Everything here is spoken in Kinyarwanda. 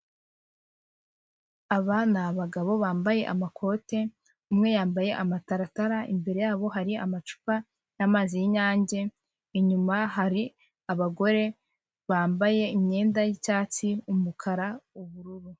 Aba ni abagabo bambaye amakote, umwe yambaye amataratara imbere yabo hari amacupa n'amazi y'inyange, inyuma hari abagore bambaye imyenda y'icyatsi, umukara, ubururu.